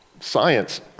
Science